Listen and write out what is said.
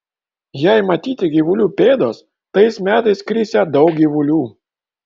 jei matyti gyvulių pėdos tais metais krisią daug gyvulių